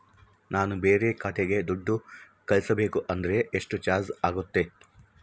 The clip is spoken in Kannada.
ನಾನು ಬೇರೆ ಖಾತೆಗೆ ದುಡ್ಡು ಕಳಿಸಬೇಕು ಅಂದ್ರ ಎಷ್ಟು ಚಾರ್ಜ್ ಆಗುತ್ತೆ?